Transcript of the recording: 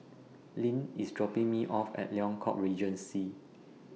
Leann IS dropping Me off At Liang Court Regency